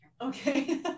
okay